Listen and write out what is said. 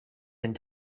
and